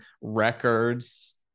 records